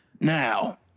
Now